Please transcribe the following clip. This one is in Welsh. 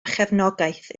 chefnogaeth